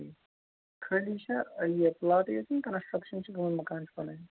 خٲلی چھا یہِ پُلاٹٕے یٲتۍ کِنہٕ کَنَسٹَرٛکشَن چھِ گٲمٕژ مکان چھِ بنٲوِتھ